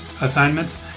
assignments